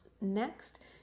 Next